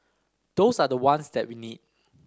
those are the ones that we need